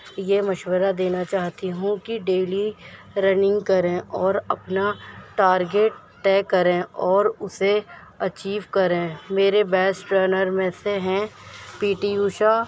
یہ مشورہ دینا چاہتی ہوں کہ ڈیلی رننگ کریں اور اپنا ٹارگیٹ طے کریں اور اسے اچیو کریں میرے بیسٹ رنر میں سے ہیں پی ٹی اوشا